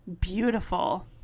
beautiful